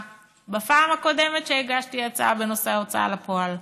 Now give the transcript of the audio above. בפעם הקודמת שהגשתי הצעה בנושא ההוצאה לפועל.